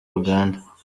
uganda